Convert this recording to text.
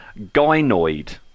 gynoid